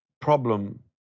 problem